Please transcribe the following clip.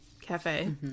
cafe